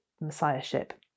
messiahship